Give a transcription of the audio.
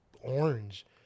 orange